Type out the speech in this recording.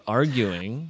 arguing